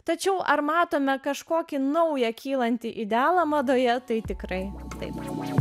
tačiau ar matome kažkokį naują kylantį idealą madoje tai tikrai taip maniau